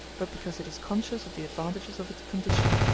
but because it is conscious of the advantages of its condition.